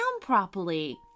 properly